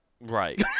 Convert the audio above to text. Right